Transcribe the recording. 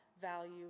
value